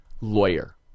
lawyer